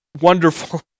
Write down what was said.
wonderful